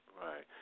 right